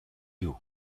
you